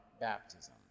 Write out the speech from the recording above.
baptism